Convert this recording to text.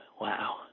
Wow